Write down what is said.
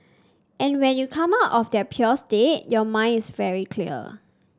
and when you come out of their pure state your mind is very clear